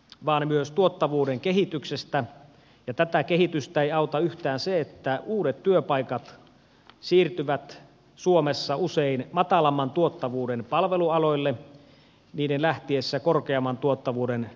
vaan myös tuottavuuden kehityksestä ja tätä kehitystä ei auta yhtään se että uudet työpaikat siirtyvät suomessa usein matalamman tuottavuuden palvelualoille niiden lähtiessä korkeamman tuottavuuden